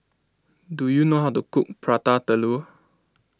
do you know how to cook Prata Telur